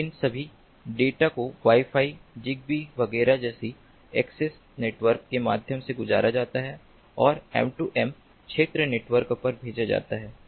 तो इन सभी डेटा को वाई फाई ज़िगबी वगैरह जैसे एक्सेस नेटवर्क के माध्यम से गुजरा जाता है और M2M क्षेत्र नेटवर्क पर भेजा जाता है